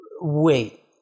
wait